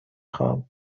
خواهم